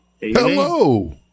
Hello